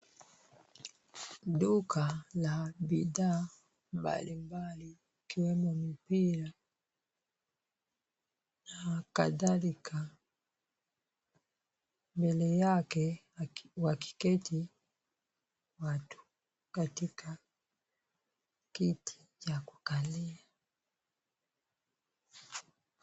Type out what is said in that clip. Duka la bidhaa mbalimbali ikiwemo mipira na kadhalika mbele yake wakiketi watu katika kiti cha kukalia.